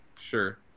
Sure